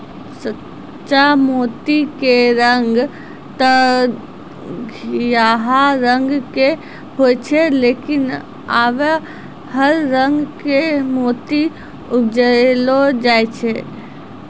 सच्चा मोती के रंग तॅ घीयाहा रंग के होय छै लेकिन आबॅ हर रंग के मोती उपजैलो जाय छै